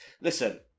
Listen